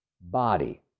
Body